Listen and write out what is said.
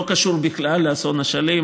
זה לא קשור בכלל לאסון אשלים,